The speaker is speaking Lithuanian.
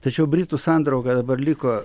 tačiau britų sandrauga dabar liko